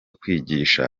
kwigisha